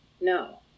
no